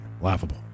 Laughable